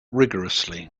rigourously